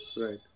Right